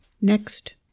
Next